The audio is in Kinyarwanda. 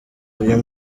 uyu